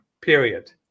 Period